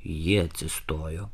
ji atsistojo